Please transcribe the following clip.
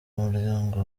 muryango